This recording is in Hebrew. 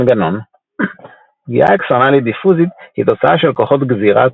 מנגנון פגיעה אקסונאלית דיפוזית היא תוצאה של כוחות גזירה